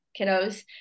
kiddos